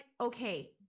okay